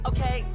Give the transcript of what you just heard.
Okay